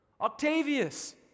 Octavius